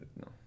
no